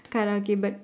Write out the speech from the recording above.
Karaoke but